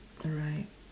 alright